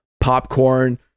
popcorn